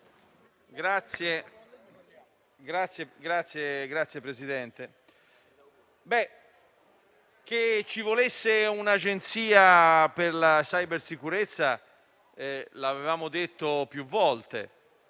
Signor Presidente, che ci volesse un'Agenzia per la cybersicurezza l'avevamo detto più volte;